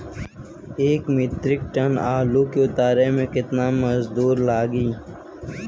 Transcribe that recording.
एक metric ton आलू के उतारे मे कितना मजदूर लागि?